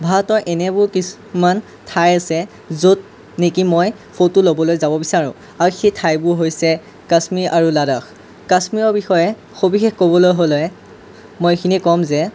ভাৰতৰ এনেবোৰ কিছুমান ঠাই আছে য'ত নেকি মই ফটো ল'বলৈ যাব বিচাৰোঁ আৰু সেই ঠাইবোৰ হৈছে কাশ্মীৰ আৰু লাডাখ কাশ্মীৰৰ বিষয়ে সবিশেষ ক'বলৈ হ'লে মই এইখিনি ক'ম যে